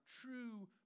true